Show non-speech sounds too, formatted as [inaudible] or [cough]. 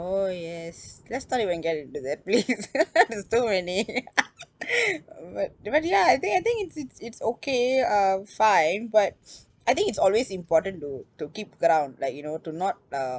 oh yes let's not even get into that please [laughs] it's too many [laughs] but but yeah I think I think it it it's okay uh fine but [noise] I think it's always important to to keep ground like you know to not uh